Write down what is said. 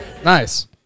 nice